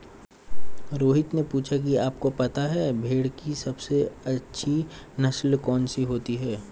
रोहित ने पूछा कि आप को पता है भेड़ की सबसे अच्छी नस्ल कौन सी होती है?